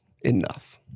enough